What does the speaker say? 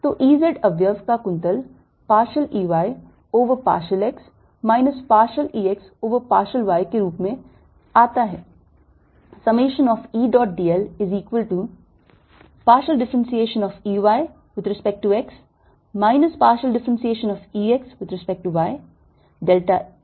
तो E z अवयव का कुंतल partial E y over partial x minus partial E x over partial y के रूप में आता है